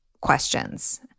questions